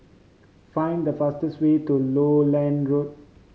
find the fastest way to Lowland Road